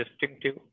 distinctive